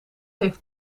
heeft